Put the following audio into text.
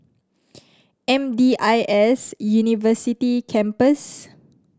M D I S University Campus